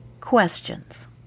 questions